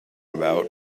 about